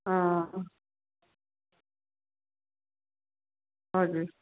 अँ हजुर